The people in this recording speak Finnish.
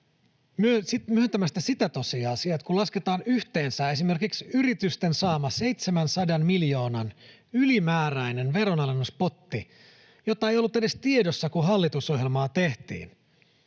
myöntämästä sitä tosiasiaa, että kun lasketaan yhteensä esimerkiksi yritysten saama 700 miljoonan ylimääräinen veronalennuspotti, jota ei ollut edes tiedossa, kun hallitusohjelmaa tehtiin,